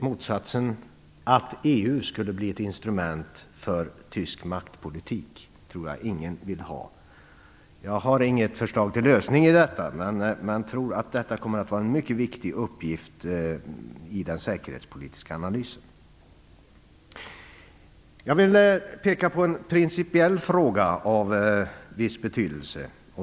Motsatsen, att EU skulle bli ett instrument för tysk maktpolitik, tror jag ingen vill ha. Jag har inget förslag till lösning av detta, men jag tror att detta kommer att vara en mycket viktig uppgift i den säkerhetspolitiska analysen. Jag vill peka på en principiell fråga av viss betydelse.